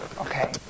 okay